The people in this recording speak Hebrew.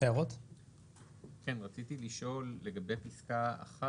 רציתי לשאול לגבי פסקה (1)